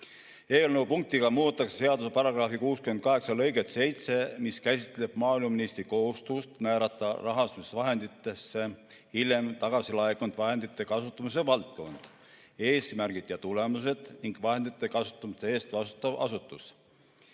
punktiga 4 muudetakse seaduse § 68 lõiget 7, mis käsitleb maaeluministri kohustust määrata rahastamisvahendisse hiljem tagasilaekunud vahendite kasutamise valdkond, eesmärgid ja tulemused ning vahendite kasutamise eest vastutav asutus.